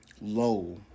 low